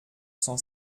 cent